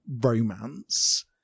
romance